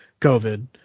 covid